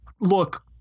look